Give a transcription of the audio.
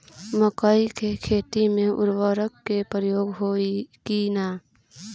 मकई के खेती में उर्वरक के प्रयोग होई की ना?